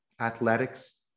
athletics